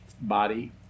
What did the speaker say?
body